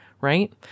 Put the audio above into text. right